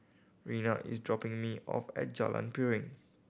Rhianna is dropping me off at Jalan Piring